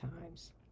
times